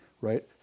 Right